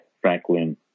Franklin